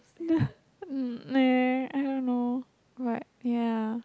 I don't know but ya